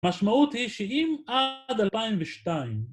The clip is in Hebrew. המשמעות היא שאם עד 2002